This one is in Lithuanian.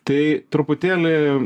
tai truputėlį